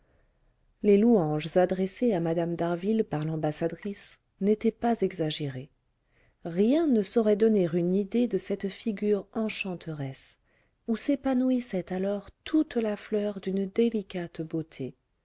les louanges adressées à mme d'harville par l'ambassadrice n'étaient pas exagérées rien ne saurait donner une idée de cette figure enchanteresse où s'épanouissait alors toute la fleur d'une délicate beauté